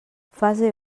fase